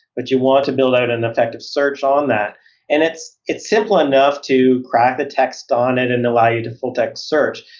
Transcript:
but you want to build out an effective search on that and it's it's simple enough to crack the text on it and allow you to full-text search,